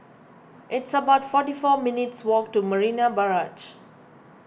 it's about forty four minutes' walk to Marina Barrage